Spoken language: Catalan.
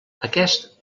aquest